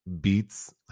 beats